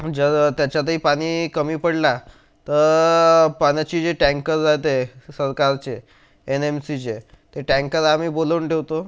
जर त्याच्यातही पाणी कमी पडला तर पाण्याचे जे टँकर राहते स सरकारचे एन एम सीचे ते टँकर आम्ही बोलवून ठेवतो